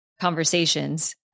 conversations